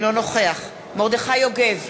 אינו נוכח מרדכי יוגב,